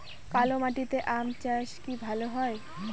কালো মাটিতে আম চাষ কি ভালো হয়?